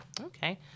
Okay